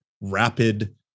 rapid